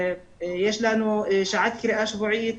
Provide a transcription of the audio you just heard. יש לנו שעת קריאה שבועית,